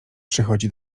przychodzi